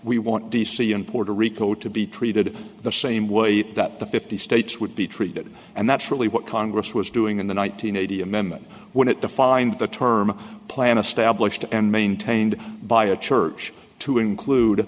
we want d c in puerto rico to be treated the same way that the fifty states would be treated and that's really what congress was doing in the one nine hundred eighty amendment when it defined the term plan established and maintained by a church to include